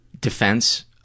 defense